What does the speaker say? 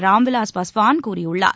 ராம்விலாஸ் பஸ்வான் கூறியுள்ளார்